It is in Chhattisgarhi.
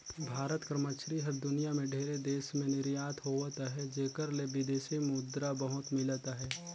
भारत कर मछरी हर दुनियां में ढेरे देस में निरयात होवत अहे जेकर ले बिदेसी मुद्रा बहुत मिलत अहे